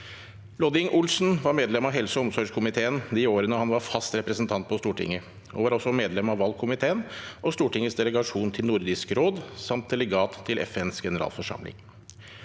Lodding Olsen var medlem av helse- og omsorgskomiteen de årene han var fast representant på Stortinget. Han var også medlem av valgkomiteen og Stortingets delegasjon til Nordisk råd, samt delegat til FNs generalforsamling.